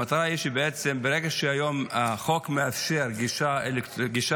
המטרה היא שבעצם ברגע שהיום החוק מאפשר גישה